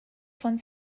von